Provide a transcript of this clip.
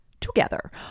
together